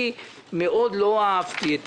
אני יודעת, הייתי בדיון.